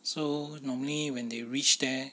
so normally when they reach there